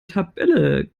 tabelle